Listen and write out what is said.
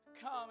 come